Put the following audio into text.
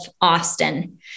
Austin